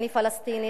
אני פלסטינית,